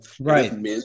Right